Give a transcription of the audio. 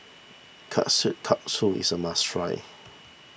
Kushikatsu is a must try